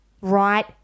right